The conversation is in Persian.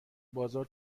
بازار